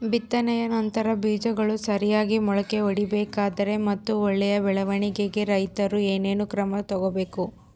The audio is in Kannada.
ಬಿತ್ತನೆಯ ನಂತರ ಬೇಜಗಳು ಸರಿಯಾಗಿ ಮೊಳಕೆ ಒಡಿಬೇಕಾದರೆ ಮತ್ತು ಒಳ್ಳೆಯ ಬೆಳವಣಿಗೆಗೆ ರೈತರು ಏನೇನು ಕ್ರಮ ತಗೋಬೇಕು?